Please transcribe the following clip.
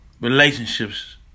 relationships